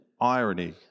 irony